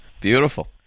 Beautiful